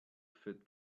fit